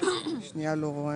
למרות שתדע לך,